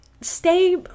stay